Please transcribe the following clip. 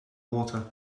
water